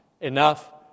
enough